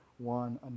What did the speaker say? One